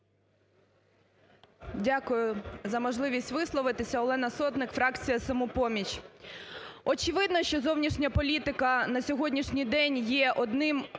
Дякую за можливість висловитися. Олена Сотник, фракція "Самопоміч". Очевидно, що зовнішня політика на сьогоднішній день є одним